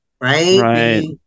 right